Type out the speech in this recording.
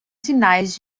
sinais